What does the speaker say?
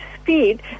speed